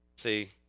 See